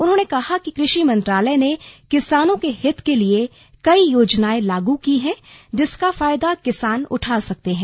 उन्होंने कहा कि कृषि मंत्रालय ने किसानों के हित के लिए कई योजनाए लागू की हैं जिसका फायदा किसान उठा सकते हैं